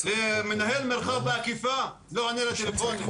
מנהל מרחב באכיפה לא עונה לטלפונים,